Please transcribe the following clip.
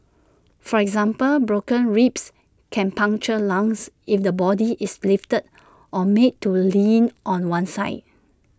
for example broken ribs can puncture lungs if the body is lifted or made to lean on one side